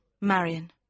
Marion